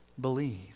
believe